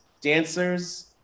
dancers